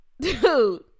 dude